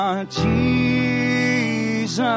Jesus